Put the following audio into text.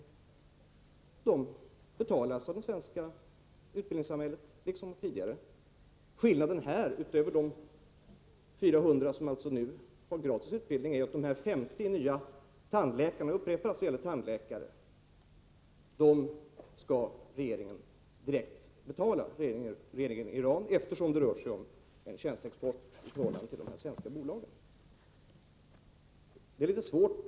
Deras studier betalas liksom tidigare av det svenska utbildningssamhället. Skillnaden mellan de 400 gäststuderande som får gratis utbildning och dessa 50 tandläkare — jag upprepar att det gäller tandläkare — är att kostnaderna för de senares utbildning skall betalas av den iranska regeringen, eftersom det rör sig om en tjänsteexport från de svenska bolagen.